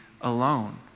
alone